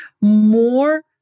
more